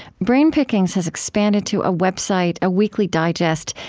brain pickings has expanded to a website, a weekly digest,